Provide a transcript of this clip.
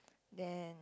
then